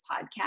podcast